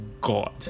God